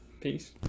Peace